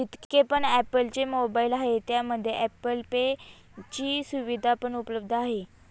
जितके पण ॲप्पल चे मोबाईल आहे त्यामध्ये ॲप्पल पे ची सुविधा पण उपलब्ध आहे